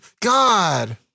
God